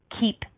keep